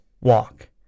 walk